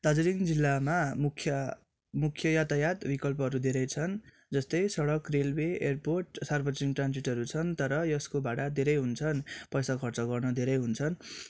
दार्जिलिङ जिल्लामा मुख्य मुख्य यातायात विकल्पहरू धेरै छन् जस्तै सडक रेलवे एयरपोर्ट सार्वजनिक ट्रान्जिटहरू छन् तर यसको भाडा धेरै हुन्छन् पैसा खर्च गर्न धेरै हुन्छन्